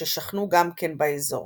ששכנו גם כן באזור.